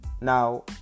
Now